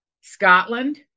scotland